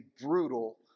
brutal